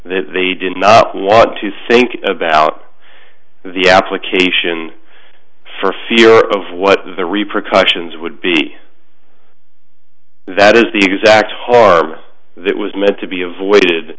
that they didn't want to think about the application for what the repercussions would be that is the exact horror that was meant to be avoided